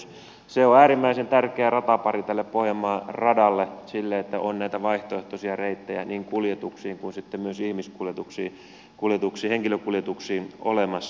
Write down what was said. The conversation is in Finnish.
se on äärimmäisen tärkeä ratapari tälle pohjanmaan radalle että on näitä vaihtoehtoisia reittejä niin kuljetuksiin kuin sitten myös ihmiskuljetuksiin henkilökuljetuksiin olemassa